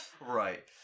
Right